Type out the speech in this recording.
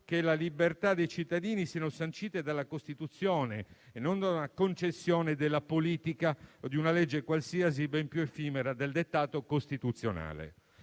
che le libertà dei cittadini siano sancite dalla Costituzione e non da una concessione della politica o di una legge qualsiasi ben più effimera del dettato costituzionale.